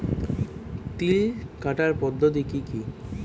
তিল কাটার পদ্ধতি কি কি?